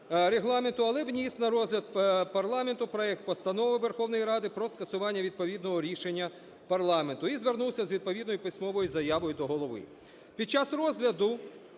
але вніс на розгляд парламенту проект постанови Верховної Ради про скасування відповідного рішення парламенту і звернувся з відповідною письмовою заявою до Голови.